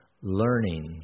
learning